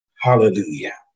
Hallelujah